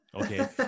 Okay